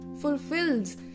fulfills